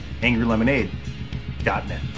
angrylemonade.net